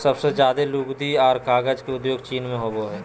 सबसे ज्यादे लुगदी आर कागज के उद्योग चीन मे होवो हय